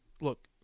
Look